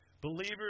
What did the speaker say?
Believers